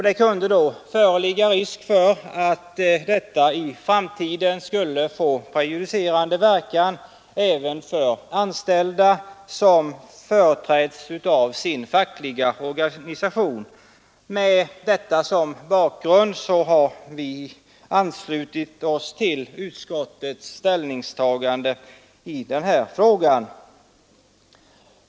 Det kunde då föreligga risk för att detta i framtiden skulle få prejudicerande verkan även för anställda som företräds av sin fackliga organisation. — Med detta som bakgrund har vi anslutit oss till utskottets ställningstagande i den här frågan.